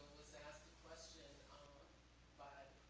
was asked a question by